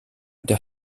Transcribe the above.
der